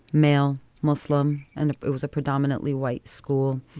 male, muslim. and it was a predominantly white school.